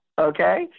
okay